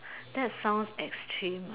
that sounds extreme